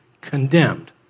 condemned